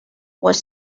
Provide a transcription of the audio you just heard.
was